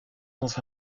dans